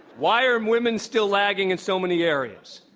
why are um women still lagging in so many areas?